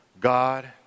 God